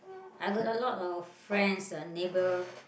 I got a lot of friends uh neighbor